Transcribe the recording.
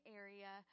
area